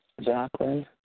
Jacqueline